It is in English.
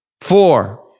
four